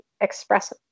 express